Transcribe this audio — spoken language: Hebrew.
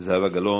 זהבה גלאון,